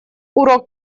урок